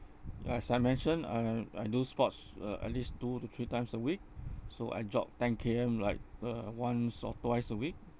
ya as I mentioned I I I do sports uh at least two to three times a week so I jog ten K_M like uh once or twice a week